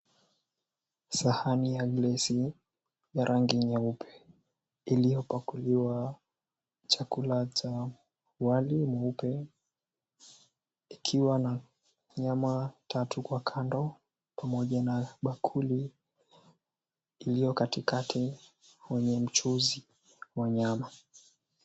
Sahani ya glasi ya rangi nyeupe iliyopakuliwa chakula cha wali mweupe ikiwa na nyama tatu kwa kando pamoja na bakuli iliyo katikati yenye mchuzi wa nyama.